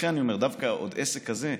לכן אני אומר, דווקא עוד עסק כזה,